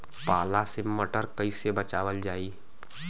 पाला से मटर कईसे बचावल जाई?